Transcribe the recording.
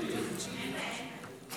לוועדת הבריאות נתקבלה.